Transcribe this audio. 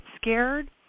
scared